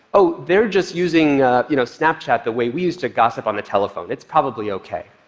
oh, they're just using you know snapchat the way we used to gossip on the telephone. it's probably ok.